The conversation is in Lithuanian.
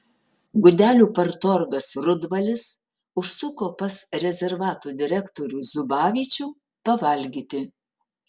gudelių partorgas rudvalis užsuko pas rezervato direktorių zubavičių pavalgyti